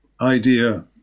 idea